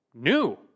new